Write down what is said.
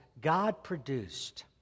God-produced